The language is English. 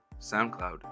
SoundCloud